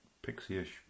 Pixie-ish